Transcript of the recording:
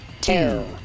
two